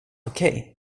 okej